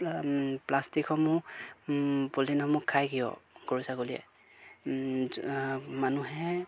প্লা প্লাষ্টিকসমূহ পলিথিনসমূহ খায় কিয় গৰু ছাগলীয়ে মানুহে